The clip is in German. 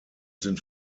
sind